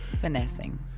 Finessing